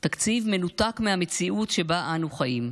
תקציב מנותק מהמציאות שבה אנחנו חיים,